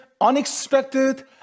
unexpected